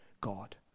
God